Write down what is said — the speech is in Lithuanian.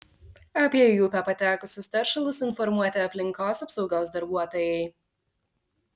apie į upę patekusius teršalus informuoti aplinkos apsaugos darbuotojai